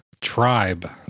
tribe